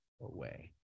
away